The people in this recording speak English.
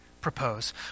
propose